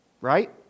Right